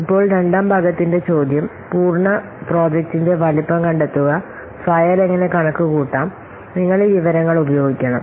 ഇപ്പോൾ രണ്ടാം ഭാഗത്തിന്റെ ചോദ്യം പൂർണ്ണ പ്രോജക്റ്റിന്റെ വലുപ്പം കണ്ടെത്തുക ഫയൽ എങ്ങനെ കണക്കുകൂട്ടാം നിങ്ങൾ ഈ വിവരങ്ങൾ ഉപയോഗിക്കണം